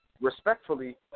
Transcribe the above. respectfully